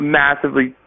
massively